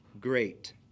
great